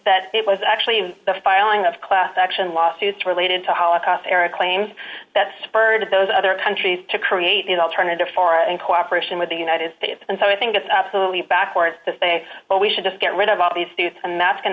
that it was actually the filing of class action lawsuits related to holocaust era claims that spurred those other countries to create these alternative for in cooperation with the united states and so i think it's absolutely backwards to say well we should just get rid of all these states and that's going